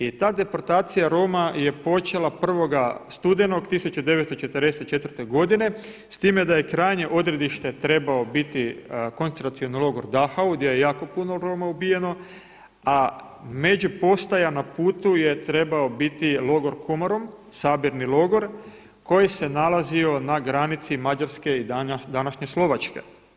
I ta deportacija Roma je počela 1. studenog 1944. godine s time da je krajnje odredište trebao biti koncentracijski logor Dachau gdje je jako puno Roma ubijeno a međupostaja na putu je trebao biti logor Komorom, sabirni logor koji se nalazio na granici Mađarske i današnje Slovačke.